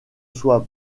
soit